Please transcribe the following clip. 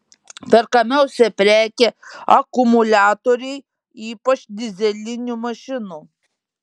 perkamiausia prekė akumuliatoriai ypač dyzelinių mašinų